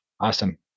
Awesome